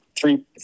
three